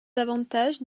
avantages